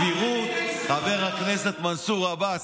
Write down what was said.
על אהרן ברק, חבר הכנסת קריב, קריאה ראשונה.